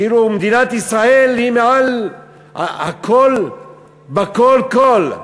כאילו מדינת ישראל היא מעל הכול בכול כול,